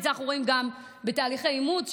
את זה אנחנו רואים גם בתהליכי אימוץ,